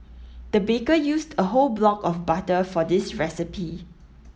the baker used a whole block of butter for this recipe